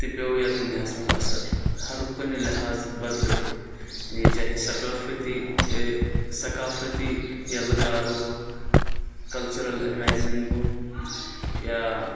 تہِ پیوٚو یَتھ دُنیاہَس منٛز اثر ہر کُنہِ لِحاظ بدلیو یہِ یعنی چاہے ثقافتی ثقافتی یَلٕگار گوٚو کلچَرَل ایٮلمیزِن گوٚو یا